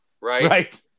right